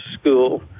school